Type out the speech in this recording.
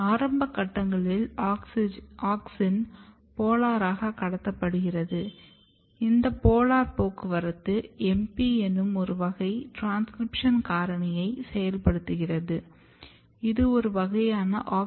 ஆரம்ப கட்டங்களில் ஆக்ஸின் போலராக கடத்தப்படுகிறது இந்த போலார் போக்குவரத்து MP எனும் ஒரு வகை ட்ரான்ஸ்க்ரிப்ஷன் காரணியை செயல்படுத்துகிறது இது ஒரு வகையான AUXIN RESPONSE FACTOR